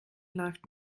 läuft